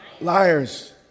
Liars